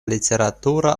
literatura